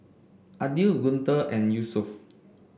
Aidil Guntur and Yusuf